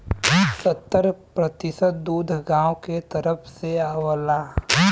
सत्तर प्रतिसत दूध गांव के तरफ से आवला